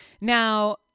now